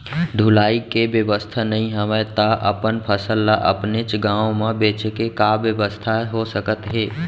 ढुलाई के बेवस्था नई हवय ता अपन फसल ला अपनेच गांव मा बेचे के का बेवस्था हो सकत हे?